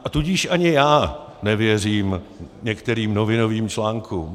A tudíž ani já nevěřím některým novinovým článkům.